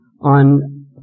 On